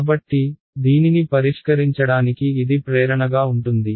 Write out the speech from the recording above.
కాబట్టి దీనిని పరిష్కరించడానికి ఇది ప్రేరణగా ఉంటుంది